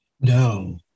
No